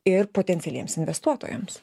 ir potencialiems investuotojams